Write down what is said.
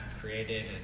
created